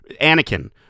Anakin